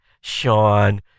Sean